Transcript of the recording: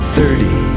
Thirty